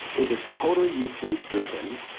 is it's totally youtube driven,